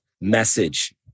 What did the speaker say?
message